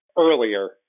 Earlier